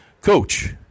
Coach